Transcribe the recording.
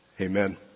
Amen